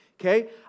okay